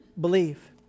believe